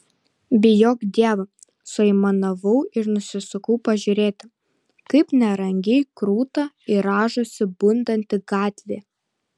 bijok dievo suaimanavau ir nusisukau pažiūrėti kaip nerangiai kruta ir rąžosi bundanti gatvė